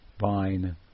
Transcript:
vine